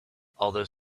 although